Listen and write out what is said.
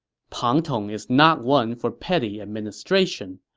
pang tong is not one for petty administration.